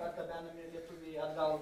atgabenami lietuviai atgal